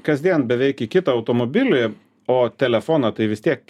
kasdien beveik į kitą automobilį o telefoną tai vis tiek